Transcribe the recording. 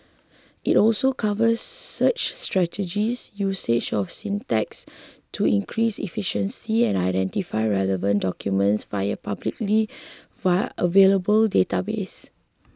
it also covers search strategies usage of syntax to increase efficiency and identifying relevant documents via publicly via available databases